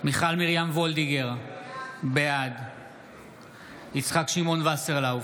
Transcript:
מיכל מרים וולדיגר, בעד יצחק שמעון וסרלאוף,